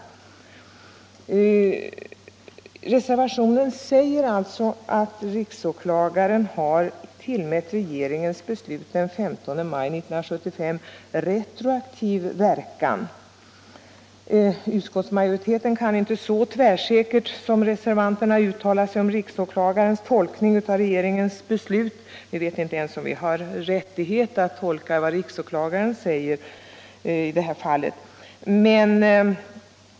I reservationen heter det: ”Riksåklagaren har således tillmätt regeringens beslut den 15 maj 1975 retroaktiv verkan.” Utskottsmajoriteten kan inte så tvärsäkert som reservanterna uttala sig om riksåklagarens tolkning av regeringens beslut. Vi vet inte ens om vi har rättighet att tolka vad riksåklagaren säger i det här fallet.